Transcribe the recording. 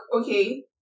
okay